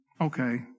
okay